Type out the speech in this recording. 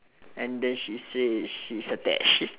and then she say she's attached